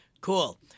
Cool